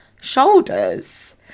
shoulders